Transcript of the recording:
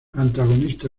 antagonista